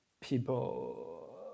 people